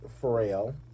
frail